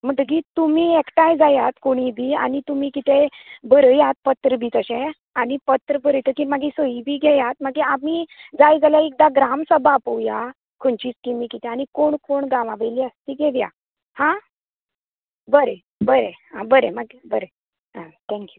म्हणतगीर तुमीं एकठांय जायात कोणी बी आनी तुमीं कितेंय बरयात पत्र बी तशें आनी पत्र बरयतगीर सही बी घेयात मागीर आमी जाय जाल्यार एकदा ग्राम सभा आपोवया खंयचे स्किमी किदें आनी कोण कोण गांवां तें घेवया हां बरें बरें बरें बरें हां थँक्यू